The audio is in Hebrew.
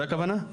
לזה הכוונה?